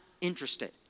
interested